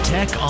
Tech